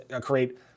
create